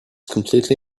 completely